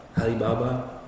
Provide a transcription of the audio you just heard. Alibaba